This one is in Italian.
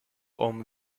home